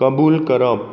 कबूल करप